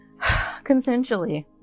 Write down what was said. consensually